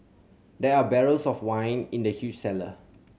there are barrels of wine in the huge cellar